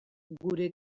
gure